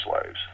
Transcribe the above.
slaves